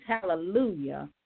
Hallelujah